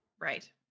Right